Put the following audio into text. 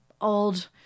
old